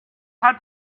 had